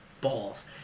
balls